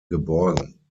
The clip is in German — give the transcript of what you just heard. geborgen